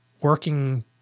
working